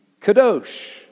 kadosh